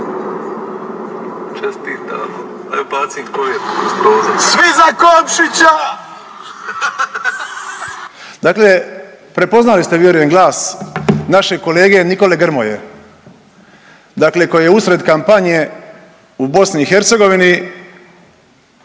Čestitamo …/nerazumljivo/…svi za Komšića!/…. Dakle, prepoznali ste vjerujem glas našeg kolege Nikole Grmoje, dakle koji je usred kampanje u BiH